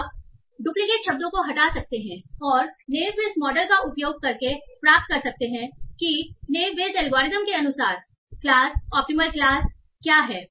आप डुप्लिकेट शब्दों को हटा सकते हैं और आप नेव बेस मॉडल का उपयोग करके प्राप्त कर सकते हैं कि नेव बेस एल्गोरिदम के अनुसार क्लास ऑप्टिमल क्लास क्या है